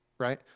Right